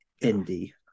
indy